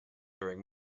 during